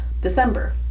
December